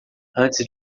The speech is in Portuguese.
antes